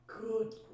Good